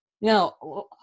Now